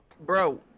Bro